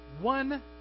One